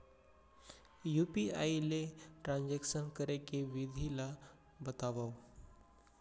UPI ले transaction करे के विधि ला बतावव?